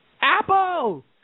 Apple